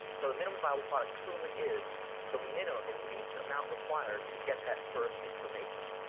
so the minimum viable product truly is the minimum, the least amount required, to get that first information.